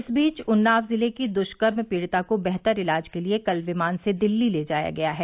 इस बीच उन्नाव जिले की दुष्कर्म पीड़िता को बेहतर इलाज के लिए कल विमान से दिल्ली ले जाया गया है